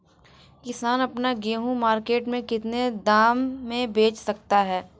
किसान अपना गेहूँ मार्केट में कितने दाम में बेच सकता है?